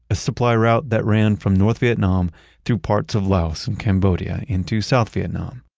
a supply route that ran from north vietnam through parts of laos and cambodia into south vietnam.